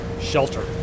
shelter